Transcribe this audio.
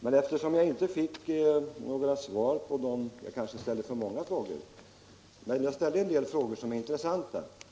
men jag fick i alla fall inte några svar. Kanske ställde jag för många frågor, men de är intressanta.